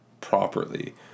properly